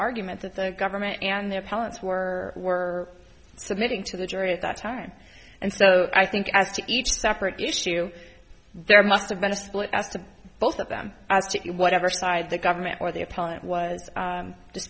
argument that the government and their parents were were submitting to the jury at that time and so i think as to each separate issue there must have been a split as to both of them as to whatever side the government or the appellant was